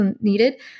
needed